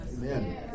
Amen